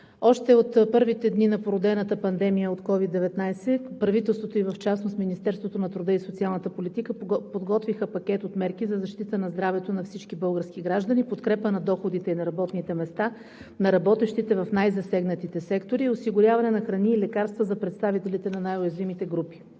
още от първите дни на породената пандемия от COVID-19 правителството и в частност Министерството на труда и социалната политика подготвиха пакет от мерки за защита на здравето на всички български граждани в подкрепа на доходите и на работните места на работещите в най-засегнатите сектори и осигуряване на храни и лекарства за представителите на най-уязвимите групи.